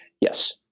yes